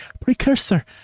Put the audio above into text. precursor